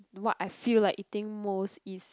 what I feel like eating most is